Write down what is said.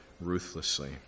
ruthlessly